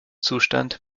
zustand